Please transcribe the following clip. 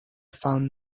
found